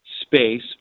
space